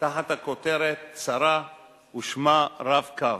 תחת הכותרת: צרה ושמה "רב-קו".